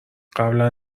قبلا